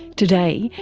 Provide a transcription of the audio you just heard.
today,